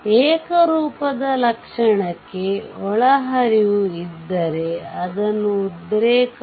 ಏಕರೂಪದ ಲಕ್ಷಣಕ್ಕೆ ಒಳಹರಿವು ಇದ್ದರೆ ಅದನ್ನು ಉದ್ರೇಕexcitation